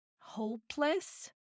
hopeless